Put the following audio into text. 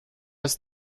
als